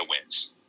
wins